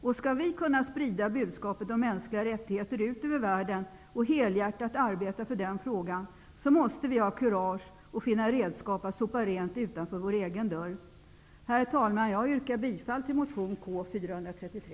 Om vi skall kunna sprida budskapet om mänskliga rättigheter ut över världen och helhjärtat arbeta för den frågan, måste vi ha kurage och finna redskap att sopa rent utanför vår egen dörr. Herr talman! Jag yrkar bifall till motion K433.